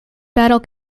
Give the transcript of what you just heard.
battle